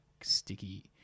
sticky